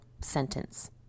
sentence